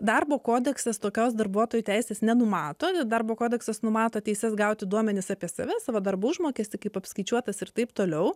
darbo kodeksas tokios darbuotojų teisės nenumato darbo kodeksas numato teises gauti duomenis apie save savo darbo užmokestį kaip apskaičiuotas ir taip toliau